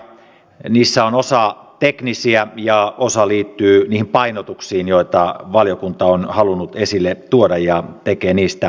niistä on osa teknisiä ja osa liittyy niihin painotuksiin joita valiokunta on halunnut esille tuoda ja tekee niistä ehdotuksen